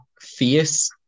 face